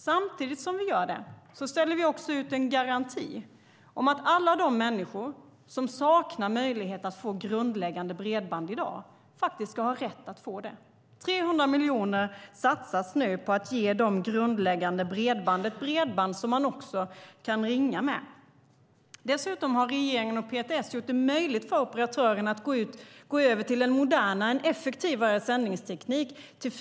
Samtidigt som vi gör detta ställer vi ut en garanti om att alla de människor som saknar möjlighet att få grundläggande bredband i dag ska ha rätt att få det. 300 miljoner satsas nu på att ge dem grundläggande bredband, ett bredband som man också kan ringa med. Dessutom har regeringen och PTS gjort det möjligt för operatörerna att gå över till en modernare och effektivare sändningsteknik, 4G.